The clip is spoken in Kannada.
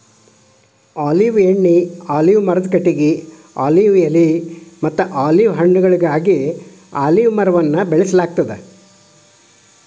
ಆಲಿವ್ ಎಣ್ಣಿ, ಆಲಿವ್ ಮರದ ಕಟಗಿ, ಆಲಿವ್ ಎಲೆಮತ್ತ ಆಲಿವ್ ಹಣ್ಣುಗಳಿಗಾಗಿ ಅಲಿವ್ ಮರವನ್ನ ಬೆಳಸಲಾಗ್ತೇತಿ